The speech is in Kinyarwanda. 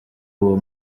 uwo